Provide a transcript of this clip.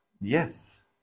Yes